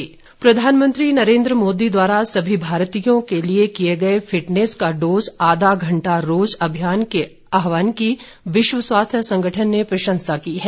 सराहना प्रधानमंत्री नरेन्द्र मोदी द्वारा सभी भारतीयों के लिए किए गए फिटनेस का डोज आधा घंटा रोज अभियान के आह्वान की विश्व स्वास्थ्य संगठन ने प्रशंसा की है